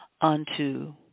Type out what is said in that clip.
unto